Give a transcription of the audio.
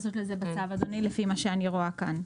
לפי מה שאני רואה כאן,